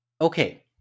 Okay